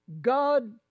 God